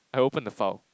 I opened the file